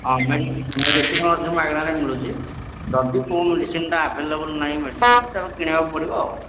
ହଁ ମେଡ଼ିସିନ୍ ମଧ୍ୟ ମାଗଣାରେ ମିଳୁଛି ଯଦି କେଉଁ ମେଡ଼ିସିନ୍ଟା ଆଭେଲେବଲ୍ ନାହିଁ ମେଡ଼ିସିନ୍ ତାକୁ କିଣିବାକୁ ପଡ଼ିବ ଆଉ